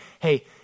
Hey